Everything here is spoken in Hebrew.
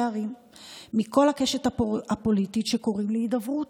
ערים מכל הקשת הפוליטית שקוראים להידברות.